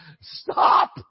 Stop